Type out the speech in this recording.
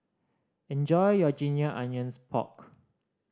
enjoy your ginger onions pork